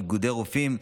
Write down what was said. איגודי רופאים,